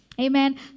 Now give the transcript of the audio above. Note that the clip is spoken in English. Amen